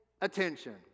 Attention